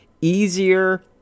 easier